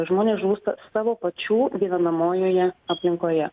žmonių žūsta savo pačių gyvenamojoje aplinkoje